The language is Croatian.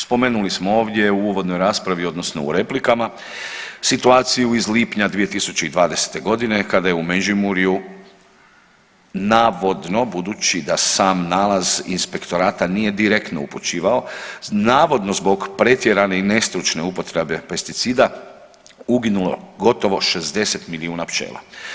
Spomenuli smo ovdje u uvodnoj raspravi odnosno u replikama situaciju iz lipnja 2020. godine kada je Međimurju navodno budući da sam nalaz inspektorata nije direktno upućivao, navodno zbog pretjerane i nestručne upotrebe pesticida uginulo gotovo 60 milijuna pčela.